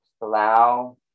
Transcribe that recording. allow